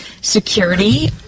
Security